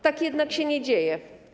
Tak jednak się nie dzieje.